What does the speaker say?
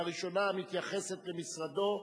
והראשונה מתייחסת למשרדו,